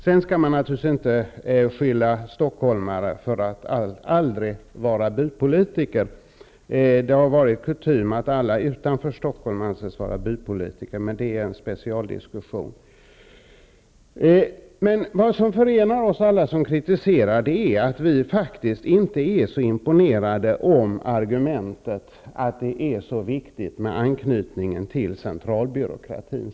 Stockholmare skall naturligtvis inte skyllas för att aldrig vara bypolitiker. Det har varit kutym att anse att alla utanför Stockholm är bypolitiker, men det är en specialdiskussion. Vad som förenar oss alla, som ställer oss kritiska, är att vi inte är imponerade av argumentet att det är viktigt med anknytningen till centralbyråkratin.